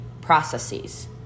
Processes